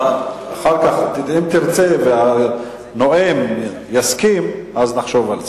אם תרצה, והנואם יסכים, נחשוב על זה.